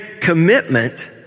commitment